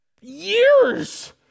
Years